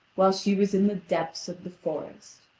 while she was in the depths of the forest.